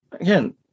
Again